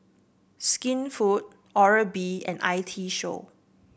Skinfood Oral B and I T Show